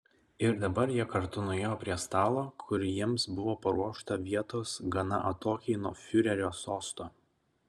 ir dabar jie kartu nuėjo prie stalo kur jiems buvo paruošta vietos gana atokiai nuo fiurerio sosto